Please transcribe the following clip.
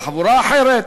לחבורה אחרת,